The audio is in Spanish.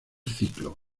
ciclo